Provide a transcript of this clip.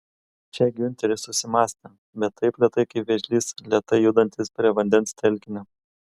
čia giunteris susimąstė bet taip lėtai kaip vėžlys lėtai judantis prie vandens telkinio